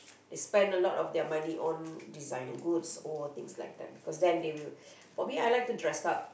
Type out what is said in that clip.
they spend a lot of their money on designer goods or things like that then they will for me I like to dress up